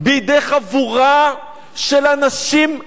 בידי חבורה של אנשים,